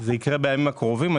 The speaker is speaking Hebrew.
זה יקרה בימים הקרובים.